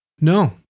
No